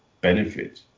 benefit